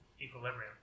Equilibrium